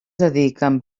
dediquen